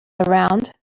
around